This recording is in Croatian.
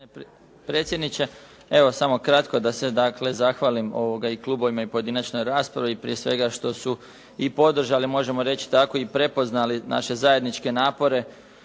svega, što su i podržali, možemo reći tako, i prepoznali naše zajedničke napore